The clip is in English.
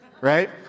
right